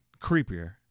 creepier